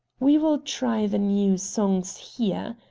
we will try the new songs here,